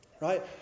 right